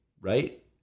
Right